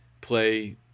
play